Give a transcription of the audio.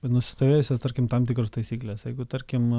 nusistovėjusios tarkim tam tikros taisyklės jeigu tarkim